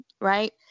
right